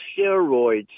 steroids